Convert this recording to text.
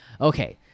Okay